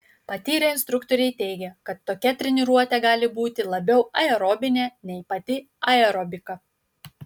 patyrę instruktoriai teigia kad tokia treniruotė gali būti labiau aerobinė nei pati aerobika